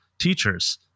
teachers